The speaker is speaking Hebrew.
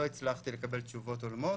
לא הצלחתי לקבל תשובות הולמות.